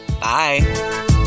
Bye